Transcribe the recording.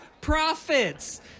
profits